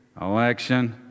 election